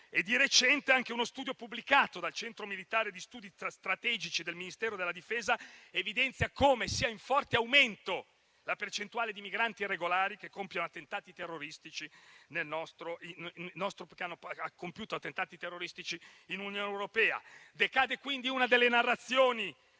Di recente, anche uno studio pubblicato dal Centro militare di studi strategici del Ministero della difesa evidenzia come sia in forte aumento la percentuale di migranti irregolari che hanno compiuto attentati terroristici nell'Unione europea. Cade quindi una delle narrazioni